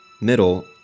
middle